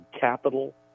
capital